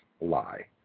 lie